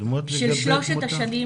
קודמות לגבי תמותה?